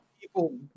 People